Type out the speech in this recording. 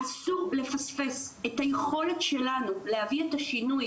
אסור לפספס את היכולת שלנו להביא את השינוי,